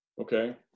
Okay